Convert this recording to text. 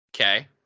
Okay